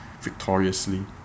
victoriously